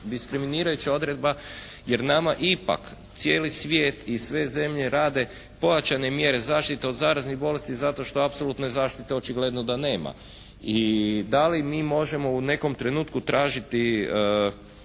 diskriminirajuća odredba jer nama ipak cijeli svijet i sve zemlje rade pojačane mjere zaštite od zaraznih bolesti zato što apsolutne zaštite očigledno da nema i da li mi možemo u nekom trenutku tražiti